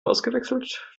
ausgewechselt